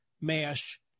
MASH